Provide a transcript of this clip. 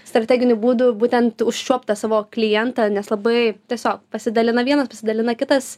strateginių būdų būtent užčiuopt tą savo klientą nes labai tiesiog pasidalina vienas pasidalina kitas